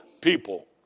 people